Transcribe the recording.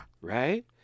Right